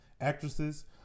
actresses